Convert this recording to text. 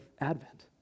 Advent